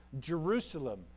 Jerusalem